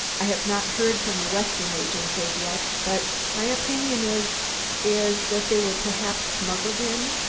i have not heard from the western agents as yet, but my opinion is is that they were perhaps smuggled in.